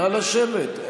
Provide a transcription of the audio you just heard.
נא לשבת.